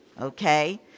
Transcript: okay